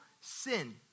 sin